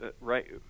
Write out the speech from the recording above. right